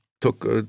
took